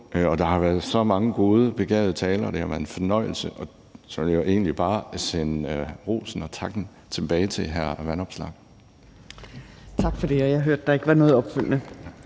Og der har været så mange gode, begavede taler, og det har været en fornøjelse. Så vil jeg egentlig bare sende rosen og takken tilbage til hr. Alex Vanopslagh. Kl. 12:57 Tredje næstformand (Trine Torp): Tak for det.